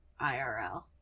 IRL